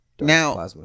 now